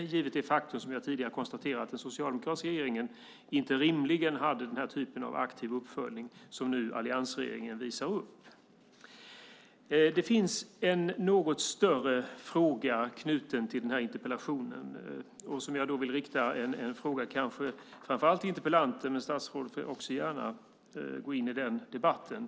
Detta givet det faktum som jag tidigare konstaterade att den tidigare socialdemokratiska regeringen inte rimligen hade den här typen av aktiv uppföljning som nu alliansregeringen visar upp. Det finns en något större fråga knuten till interpellationen. Jag vill framför allt rikta frågan till interpellanten, men statsrådet får också gärna gå in i debatten.